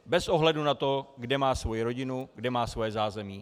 Bez ohledu na to, kde má svoji rodinu, kde má svoje zázemí.